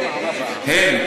הן.